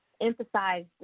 emphasize